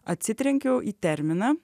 atsitrenkiau į terminą